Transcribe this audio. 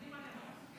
אני מלינובסקי.